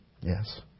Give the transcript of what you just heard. Yes